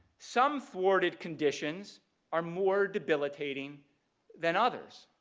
some thwarted conditions are more debilitating than others.